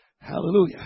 Hallelujah